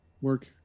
work